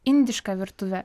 indiška virtuvė